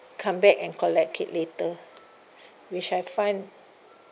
come back and collect it later which I find